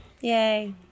yay